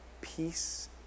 peace